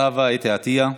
חוה אתי עטייה,